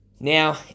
Now